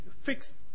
fixed